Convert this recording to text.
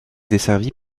desservie